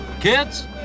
Kids